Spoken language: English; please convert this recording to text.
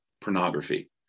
pornography